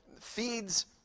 feeds